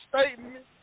statement